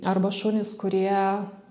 arba šunys kurie